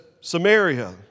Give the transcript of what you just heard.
Samaria